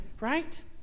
right